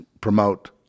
promote